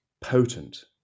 potent